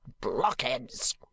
blockheads